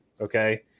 Okay